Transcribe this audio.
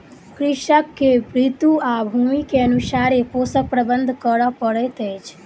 कृषक के ऋतू आ भूमि के अनुसारे पोषक प्रबंधन करअ पड़ैत अछि